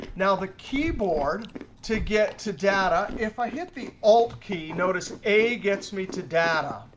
now the keyboard to get to data, if i hit the alt key, notice a gets me to data.